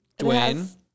Dwayne